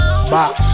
Box